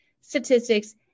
statistics